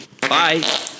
Bye